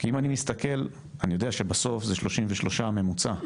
אני יודע שבסוף זה 33%, הממוצע.